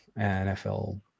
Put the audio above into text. NFL